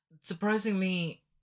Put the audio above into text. Surprisingly